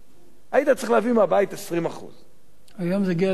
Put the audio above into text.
היית צריך להביא מהבית 20%. היום זה הגיע ל-40.